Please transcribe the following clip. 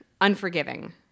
Unforgiving